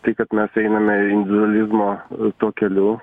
tai kad mes einame individualizmo tuo keliu